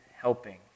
helping